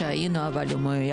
המוזיאון, איפה זה